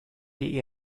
die